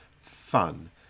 fun